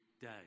day